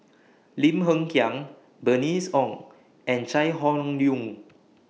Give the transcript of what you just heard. Lim Hng Kiang Bernice Ong and Chai Hon Yoong